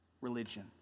religion